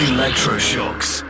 Electroshocks